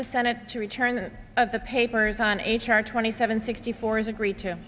the senate to return of the papers on h r twenty seven sixty four is agreed to